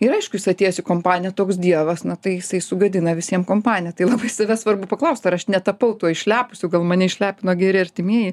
ir aišku jis atėjęs į kompaniją toks dievas na tai jisai sugadina visiem kompaniją tai labai save svarbu paklaust ar aš netapau tuo išlepusiu gal mane išlepino geri artimieji